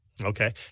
Okay